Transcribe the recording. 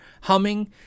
humming